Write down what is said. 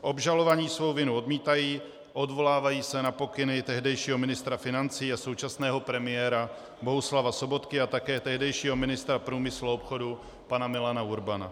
Obžalovaní svou vinu odmítají, odvolávají se na pokyny tehdejšího ministra financí a současného premiéra Bohuslava Sobotky a také tehdejšího ministra průmyslu a obchodu pana Milana Urbana.